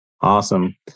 Awesome